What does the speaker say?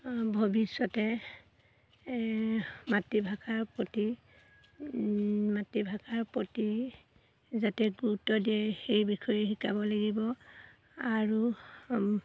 ভৱিষ্যতে মাতৃভাষাৰ প্ৰতি মাতৃভাষাৰ প্ৰতি যাতে গুৰুত্ব দিয়ে সেই বিষয়ে শিকাব লাগিব আৰু